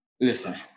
Listen